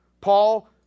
Paul